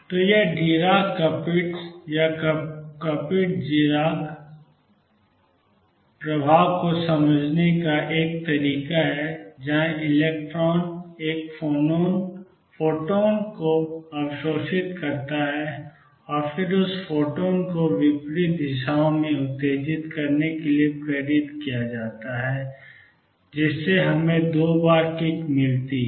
तो यह Dirac Kapitza या Kapitza Dirac कपिट्ज़ डिराक प्रभाव को समझने का एक तरीका है जहां इलेक्ट्रॉन एक फोटॉन को अवशोषित करता है और फिर उस फोटॉन को विपरीत दिशाओं में उत्सर्जित करने के लिए प्रेरित किया जाता है जिससे हमें दो बार किक मिलती है